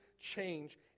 change